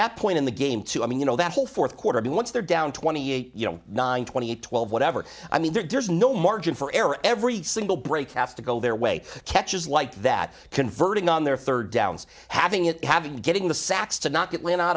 that point in the game too i mean you know that whole fourth quarter but once they're down twenty eight you know nine twenty eight twelve whatever i mean there's no margin for error every single break has to go their way catches like that converting on their third downs having it having getting the sacks to no